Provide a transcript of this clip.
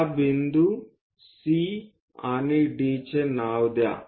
या बिंदू C आणि Dचे नाव द्या